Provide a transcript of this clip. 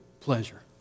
pleasure